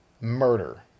murder